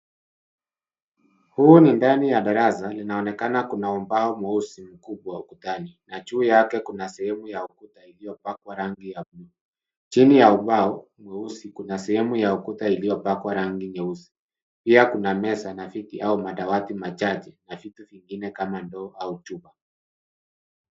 Huu ni ndani ya darasa, linaonekana kuna ubao mweusi mkubwa ukutani na juu yake kuna sehemu ya ukuta iliopakwa rangi ya buluu. Chini ya ubao mweusi kuna sehemu ya ukuta iliopakwa rangi nyeusi. Pia kuna meza na viti au madawati machache na vitu vingine kama ndoo au chupa.